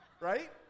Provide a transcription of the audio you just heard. Right